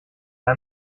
wir